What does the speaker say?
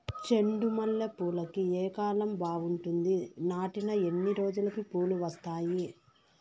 చెండు మల్లె పూలుకి ఏ కాలం బావుంటుంది? నాటిన ఎన్ని రోజులకు పూలు వస్తాయి?